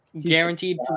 guaranteed